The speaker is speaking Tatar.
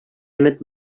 өмет